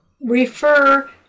refer